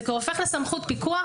זה כבר הופך לסמכות פיקוח.